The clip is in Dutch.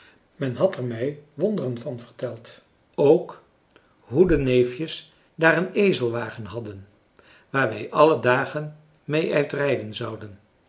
men had er mij wonderen van verteld ook hoe de neefjes daar een ezelwagen hadden waar wij alle dagen mee uit rijden zouden